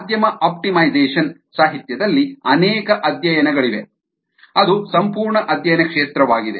ಮಾಧ್ಯಮ ಆಪ್ಟಿಮೈಸೇಶನ್ ಸಾಹಿತ್ಯದಲ್ಲಿ ಅನೇಕ ಅಧ್ಯಯನಗಳಿವೆ ಅದು ಸಂಪೂರ್ಣ ಅಧ್ಯಯನ ಕ್ಷೇತ್ರವಾಗಿದೆ